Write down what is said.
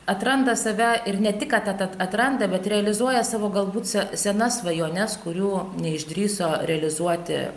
atranda save ir ne tik kad atranda bet realizuoja savo galbūt se senas svajones kurių neišdrįso realizuoti